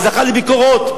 וזכה לביקורות,